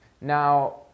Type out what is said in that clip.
Now